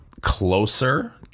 closer